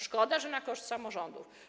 Szkoda, że na koszt samorządów.